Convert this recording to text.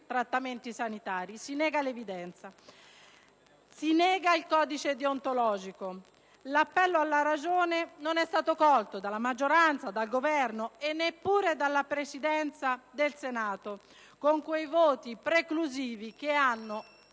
(*Segue* PORETTI). Si nega l'evidenza; si nega il codice deontologico. L'appello alla ragione non è stato colto dalla maggioranza, dal Governo e neppure dalla Presidenza del Senato, con quelle preclusioni che hanno